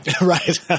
Right